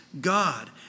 God